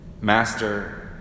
Master